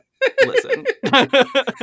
Listen